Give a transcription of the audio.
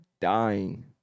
dying